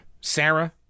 Sarah